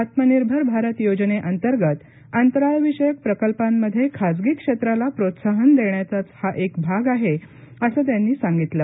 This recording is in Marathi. आत्मनिर्भर भारत योजनेअंतर्गत अंतराळविषयक प्रकल्पांमध्ये खाजगी क्षेत्राला प्रोत्साहन देण्याचाच हा एक भाग आहे असं त्यांनी सांगितलं